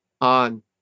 on